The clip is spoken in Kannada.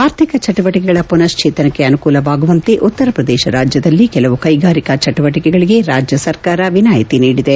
ಆರ್ಥಿಕ ಚಟುವಟಿಕೆಗಳ ಮನಶ್ಲೇತನಕ್ಕೆ ಅನುಕೂಲವಾಗುವಂತೆ ಉತ್ತರ ಪ್ರದೇಶ ರಾಜ್ಯದಲ್ಲಿ ಕೆಲವು ಕೈಗಾರಿಕಾ ಚಟುವಟಿಕೆಗಳಿಗೆ ರಾಜ್ಯ ಸರ್ಕಾರ ವಿನಾಯಿತಿ ನೀಡಿದೆ